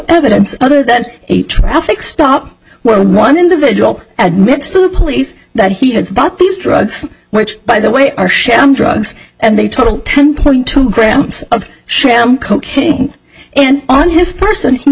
evidence other than a traffic stop well one individual admits to police that he has bought these drugs which by the way are sham drugs and they total ten point two grams of sham cocaine and on his person he